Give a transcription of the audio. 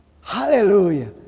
Hallelujah